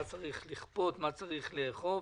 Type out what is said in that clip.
מה צריך לאכוף